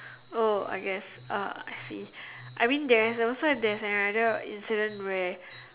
oh I guess uh I see I mean there is also there's another incident where